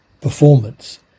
performance